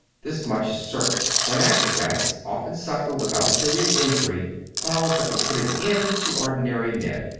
this much is certain, that acrobats often suffer without serious injury falls that would put an end to ordinary men.